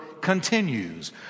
continues